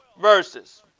verses